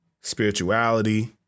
spirituality